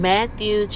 Matthew